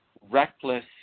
reckless